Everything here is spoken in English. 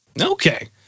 Okay